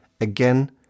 Again